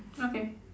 okay